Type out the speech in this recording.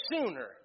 sooner